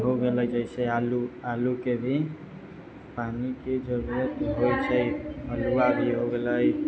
हो गेलै जैसे आलू आलू के भी पानी के जरूरत होइ छै अलुआ भी हो गेलै